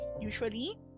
Usually